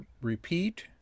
repeat